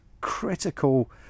critical